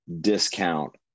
discount